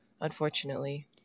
Unfortunately